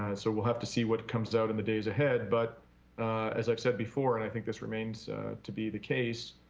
and so we'll have to see what comes out in the days ahead, but as i've said before, and i think this remains to be the case,